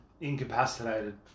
Incapacitated